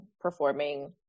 performing